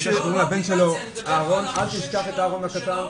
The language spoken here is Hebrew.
אני יודע איך קוראים לבן שלו: אל תשכח את אהרון הקטן.